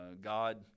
God